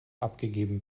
abgegeben